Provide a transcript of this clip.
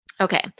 Okay